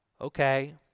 okay